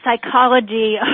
psychology